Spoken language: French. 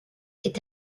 est